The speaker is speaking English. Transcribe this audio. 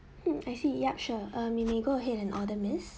hmm I see yup sure uh you may go ahead and order miss